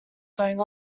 going